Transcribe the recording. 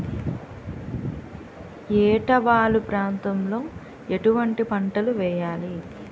ఏటా వాలు ప్రాంతం లో ఎటువంటి పంటలు వేయాలి?